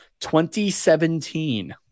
2017